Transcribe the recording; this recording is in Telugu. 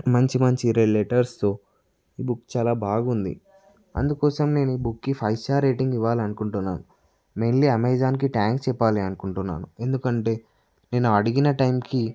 మంచి మంచి లెటర్స్తో ఈ బుక్ చాలా బాగుంది అందుకోసం నేను ఈ బుక్కి ఫైవ్ స్టార్ రేటింగ్ ఇవ్వాలనుకుంటున్నాను మెయిన్లీ అమెజాన్కి థ్యాంక్స్ చెప్పాలి అనుకుంటున్నాను ఎందుకంటే నేను అడిగిన టైంకి